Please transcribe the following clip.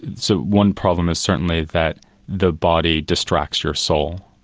so one problem is certainly that the body distracts your soul.